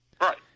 Right